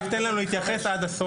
רק תן לנו להתייחס עד הסוף.